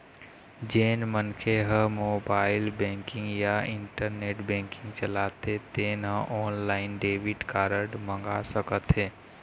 जेन मनखे ह मोबाईल बेंकिंग या इंटरनेट बेंकिंग चलाथे तेन ह ऑनलाईन डेबिट कारड मंगा सकत हे